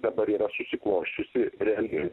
dabar yra susiklosčiusi reali